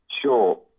sure